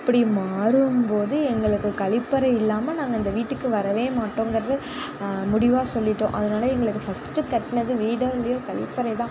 அப்படி மாறும்போது எங்களுக்கு கழிப்பறை இல்லாமல் நாங்கள் அந்த வீட்டுக்கு வரவேமாட்டோங்கிறதை முடிவாக சொல்லிட்டோம் அதனால் எங்களுக்கு ஃபஸ்ட் கட்டுனது வீடோ இல்லையோ கழிப்பறை தான்